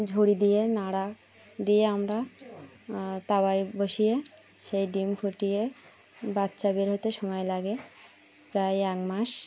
ঝড়ি দিয়ে নাড়া দিয়ে আমরা তাওয়ায় বসিয়ে সেই ডিম ফুটিয়ে বাচ্চা বের হতে সময় লাগে প্রায় এক মাস